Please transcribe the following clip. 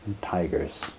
tigers